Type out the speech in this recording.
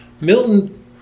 Milton